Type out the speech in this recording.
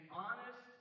honest